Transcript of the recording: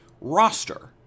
roster